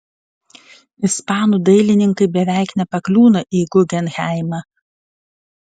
ispanų dailininkai beveik nepakliūna į gugenheimą